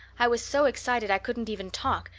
i was so excited i couldn't even talk,